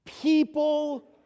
People